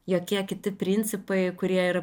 jokie kiti principai kurie yra